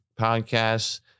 podcasts